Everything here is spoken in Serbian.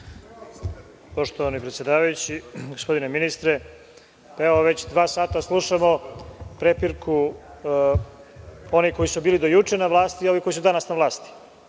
Poštovani predsedavajući, gospodine ministre, već dva sata slušamo prepirku onih koji su bili do juče na vlasti i ovih koji su danas na vlasti.